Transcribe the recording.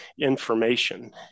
information